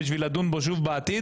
בשביל לדון בו שוב בעתיד.